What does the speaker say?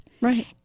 Right